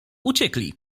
uciekli